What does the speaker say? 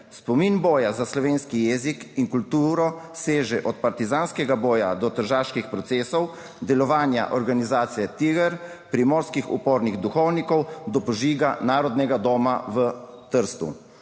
Spomin boja za slovenski jezik in kulturo seže od partizanskega boja do Tržaških procesov, delovanja organizacije TIGR, primorskih upornih duhovnikov do požiga Narodnega doma v Trstu.